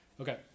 Okay